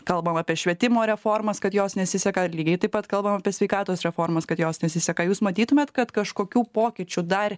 kalbam apie švietimo reformas kad jos nesiseka lygiai taip pat kalbam apie sveikatos reformos kad jos nesiseka jūs matytumėt kad kažkokių pokyčių dar